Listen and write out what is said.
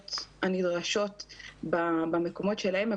ההתאמות הנדרשות במקומות שלהן.